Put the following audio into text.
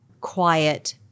quiet